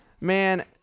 man